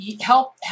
help